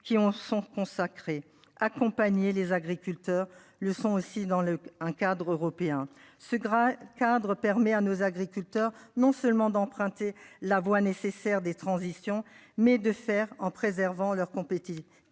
qui ont sont consacrés accompagner les agriculteurs le sont aussi dans le un cadre européen ce grain Khadr permet à nos agriculteurs non seulement d'emprunter la voie nécessaire des transitions mais de faire en préservant leur compéti